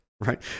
Right